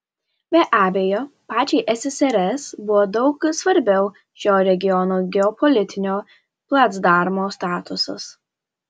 be abejo pačiai ssrs buvo daug svarbiau šio regiono geopolitinio placdarmo statusas